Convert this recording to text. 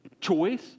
Choice